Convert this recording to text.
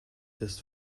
ist